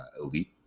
elite